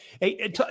Hey